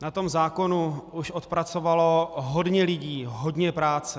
Na tom zákonu už odpracovalo hodně lidí hodně práce.